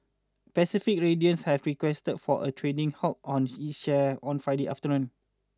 Pacific radiance had requested for a trading halt on its shares on Friday afternoon